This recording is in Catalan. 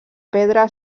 pedra